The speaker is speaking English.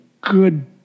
good